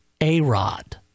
A-Rod